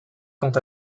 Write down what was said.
quant